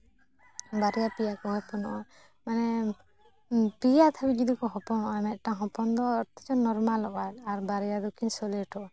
ᱵᱟᱨᱭᱟ ᱯᱮᱟ ᱠᱚ ᱦᱚᱯᱚᱱᱚᱜᱼᱟ ᱢᱟᱱᱮ ᱯᱮᱭᱟ ᱫᱟᱹᱵᱤᱡ ᱡᱩᱫᱤ ᱠᱚ ᱦᱚᱯᱚᱱᱚᱜᱼᱟ ᱢᱤᱫᱴᱟᱝ ᱦᱚᱯᱚᱱ ᱫᱚᱭ ᱚᱛᱨᱮ ᱱᱚᱨᱢᱟᱞᱚᱜᱼᱟ ᱟᱨ ᱵᱟᱨᱭᱟ ᱫᱚᱠᱤᱱ ᱥᱳᱞᱮᱴᱚᱜᱼᱟ